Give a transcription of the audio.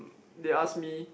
they asked me